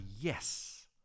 yes